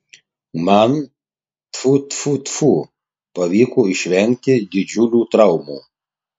man tfu tfu tfu pavyko išvengti didžiulių traumų